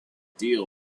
deal